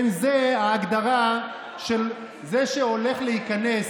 זו ההגדרה של זה שהולך להיכנס,